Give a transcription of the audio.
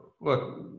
look